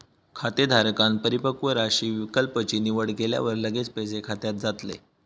खातेधारकांन परिपक्व राशी विकल्प ची निवड केल्यावर लगेच पैसे खात्यात जातले